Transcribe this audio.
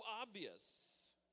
obvious